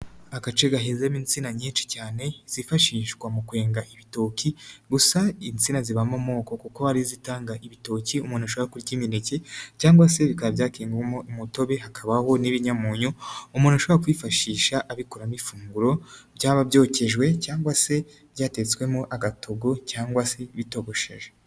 Agace gahezemo insina nyinshi cyane, zifashishwa mu kwenga ibitoki, gusa insina zibamo amoko kuko hari izitanga ibitoki, umuntu ashobora kurya imineke, cyangwa se bikaba byakwengwamo umutobe, hakabaho n'iby'inyamunyo, umuntu ashobora kwifashisha abikora nk'ifunguro, byaba byokejwe cyangwa se byatetswemo agatogo cyangwa se bitogosheje.